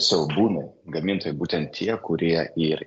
siaubūnai gamintojai būtent tie kurie ir